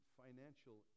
financial